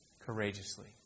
Courageously